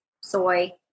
soy